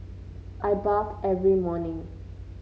I bathe every morning